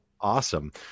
Awesome